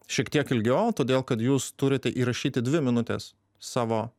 šiek tiek ilgiau todėl kad jūs turite įrašyti dvi minutes savo